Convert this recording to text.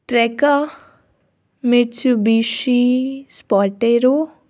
ट्रेका Mitsubishi Sportero